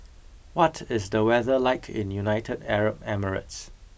what is the weather like in United Arab Emirates